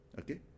Okay